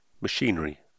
machinery